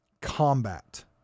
combat